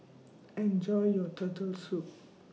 Enjoy your Turtle Soup